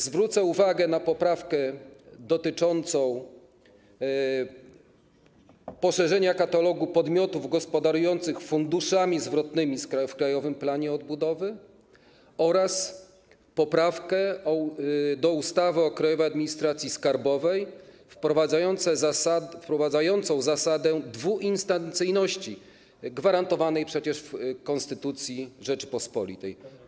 Zwrócę uwagę na poprawkę dotyczącą poszerzenia katalogu podmiotów gospodarujących funduszami zwrotnymi w ramach Krajowego Planu Odbudowy oraz poprawkę do ustawy o Krajowej Administracji Skarbowej wprowadzającą zasadę dwuinstancyjności, gwarantowanej przecież w Konstytucji Rzeczypospolitej Polskiej.